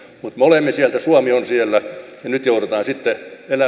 mutta suomi on siellä ja nyt joudutaan sitten